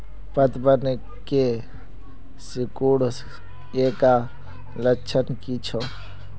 पतबन के सिकुड़ ऐ का लक्षण कीछै?